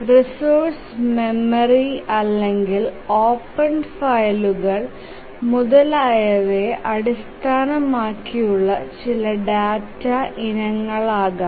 resources memory അല്ലെങ്കിൽ open ഫയലുകൾ മുതലായവയെ അടിസ്ഥാനമാക്കിയുള്ള ചില ഡാറ്റ ഇനങ്ങളാകാം